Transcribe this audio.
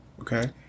Okay